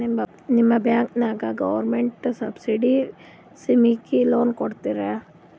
ನಿಮ ಬ್ಯಾಂಕದಾಗ government subsidy ಸ್ಕೀಮಿಗಿ ಲೊನ ಕೊಡ್ಲತ್ತೀರಿ?